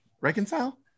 Reconcile